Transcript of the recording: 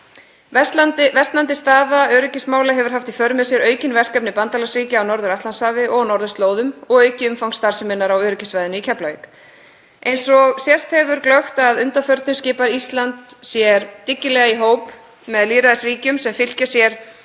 Versnandi staða öryggismála hefur haft í för með sér aukin verkefni bandalagsríkja á Norður-Atlantshafi og á norðurslóðum, og aukið umfang starfseminnar á öryggissvæðinu í Keflavík. Eins og sést hefur glöggt að undanförnu skipar Íslands sér dyggilega í hóp með lýðræðisríkjum sem fylkja sér